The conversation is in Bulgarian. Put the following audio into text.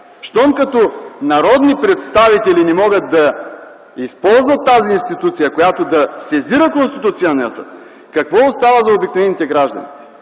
Щом като народни представители не могат да използват тази институция, която да сезира Конституционния съд, какво остава за обикновените граждани?!